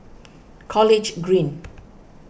College Green